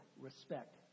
respect